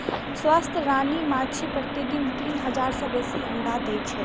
स्वस्थ रानी माछी प्रतिदिन तीन हजार सं बेसी अंडा दै छै